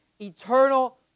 eternal